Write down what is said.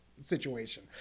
situation